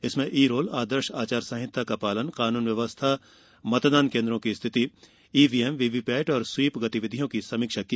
इसमें e roll आदर्श आचार संहिता का पालन कानून व्यवस्था मतदान केन्द्रों की स्थिति ईवीएम वीवीपेट और स्वीप गतिविधियों की समीक्षा की